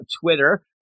Twitter